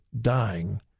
dying